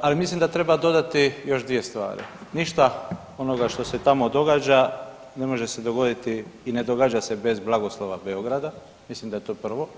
ali mislim da treba dodati još dvije stvari, ništa od onoga što se tamo događa ne može se dogoditi i ne događa se bez blagoslova Beograda, mislim da je to prvo.